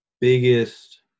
biggest